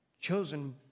chosen